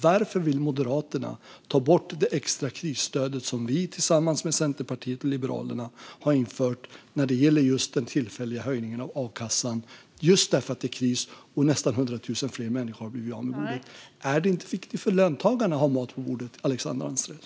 Varför vill Moderaterna ta bort det extra krisstöd som vi tillsammans med Centerpartiet och Liberalerna har infört när det gäller just den tillfälliga höjningen av a-kassan för att det är kris och nästan 100 000 människor har blivit av med jobbet? Är det inte viktigt för löntagarna att ha mat på bordet, Alexandra Anstrell?